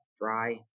dry